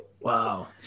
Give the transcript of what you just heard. Wow